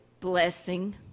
blessing